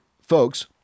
folks